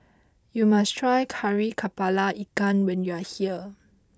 you must try Kari Kepala Ikan when you are here